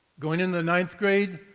going on the ninth grade,